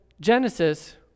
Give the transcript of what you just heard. Genesis